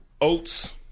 oats